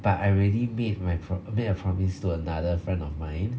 but I already made my p~ made a promise to another friend of mine